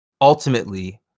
ultimately